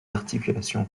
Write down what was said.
articulations